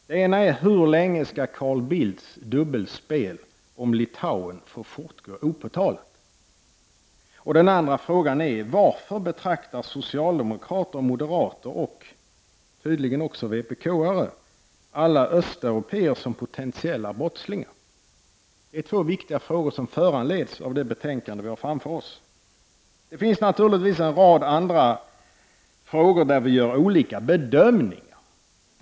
Den ena är: Hur länge skall Carl Bildts dubbelspel om Litauen få fortgå opåtalat? Den andra frågan är: Varför betraktar socialdemokrater, moderater och tydligen också vpkare alla östeuropéer som potentiella brottslingar? Detta är två viktiga frågor som föranleds av det betänkande som vi har framför oss. Det finns naturligtvis en rad andra frågor där vi gör olika bedömningar.